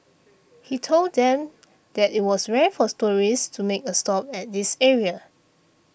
he told them that it was rare for tourists to make a stop at this area